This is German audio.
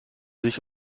sich